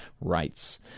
rights